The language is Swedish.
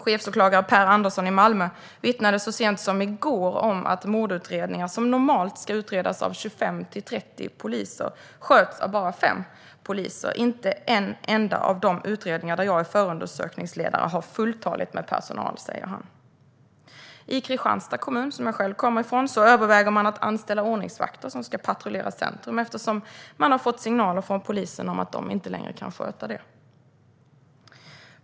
Chefsåklagare Pär Andersson i Malmö vittnade så sent som i går att mordutredningar, som normalt ska utredas av 25-30 poliser, sköts av bara 5. Han sa: Inte i en enda av de utredningar där jag är förundersökningsledare är personalen fulltalig. I min hemkommun Kristianstad överväger de att anställa ordningsvakter som ska patrullera centrum eftersom de har fått signaler från polisen att den inte kan sköta detta.